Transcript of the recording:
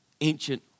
ancient